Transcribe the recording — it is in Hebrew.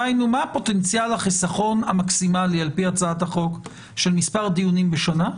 מה פוטנציאל החיסכון המקסימלי לפי הצעת החוק של מספר דיונים בשנה?